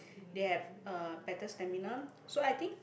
they have a better stamina so I think